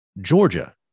Georgia